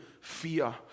fear